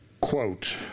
Quote